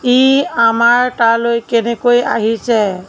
ই আমাৰ তালৈ কেনেকৈ আহিছে